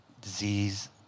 disease